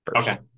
okay